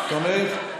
תומך?